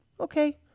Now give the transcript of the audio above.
Okay